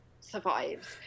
survives